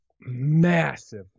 massive